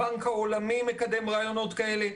הבנק העולמי מקדם רעיונות כאלה.